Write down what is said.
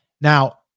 Now